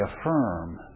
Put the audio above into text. affirm